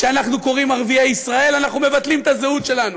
כשאנחנו קוראים "ערביי ישראל" אנחנו מבטלים את הזהות שלנו.